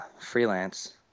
freelance